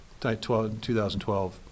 2012